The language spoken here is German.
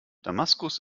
damaskus